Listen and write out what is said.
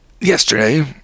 Yesterday